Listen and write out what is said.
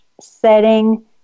setting